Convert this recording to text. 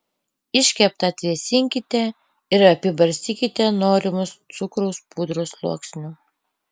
iškeptą atvėsinkite ir apibarstykite norimu cukraus pudros sluoksniu